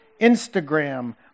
Instagram